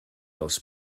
els